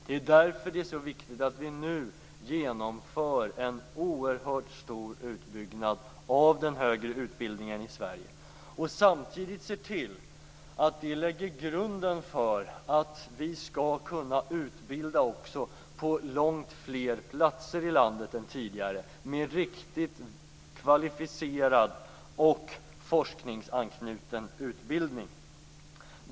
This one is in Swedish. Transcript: Det är därför som det är så viktigt att vi nu genomför en oerhört stor utbyggnad av den högre utbildningen i Sverige och samtidigt ser till att lägga grunden för att kunna utbilda på långt fler platser i landet än tidigare, med en riktigt kvalificerad och forskningsanknuten undervisning.